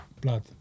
Blood